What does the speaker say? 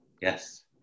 yes